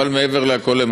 אבל מעבר לכול,